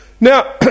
Now